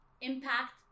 impact